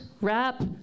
RAP